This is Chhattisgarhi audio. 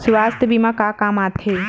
सुवास्थ बीमा का काम आ थे?